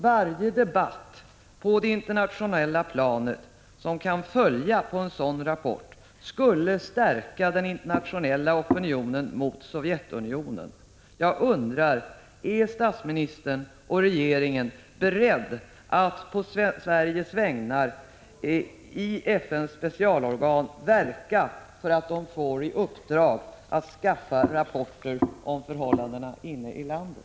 Varje debatt på det internationella planet som kan följa på en sådan rapport skulle stärka den internationella opinionen mot Sovjetunionen. Jag undrar: Är statsministern och regeringen i övrigt beredda att på Sveriges vägnar i FN:s specialorgan verka för att dessa får i uppdrag att skaffa fram rapporter om förhållandena inne i landet?